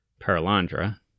Paralandra